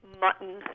mutton